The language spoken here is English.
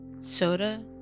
soda